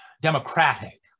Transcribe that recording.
democratic